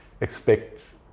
expect